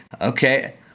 okay